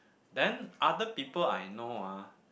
then other people I know ah